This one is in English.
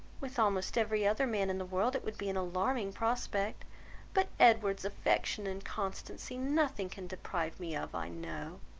with almost every other man in the world, it would be an alarming prospect but edward's affection and constancy nothing can deprive me of i know.